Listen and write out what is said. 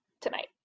tonight